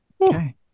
okay